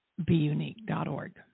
BeUnique.org